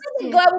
global